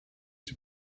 die